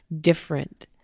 different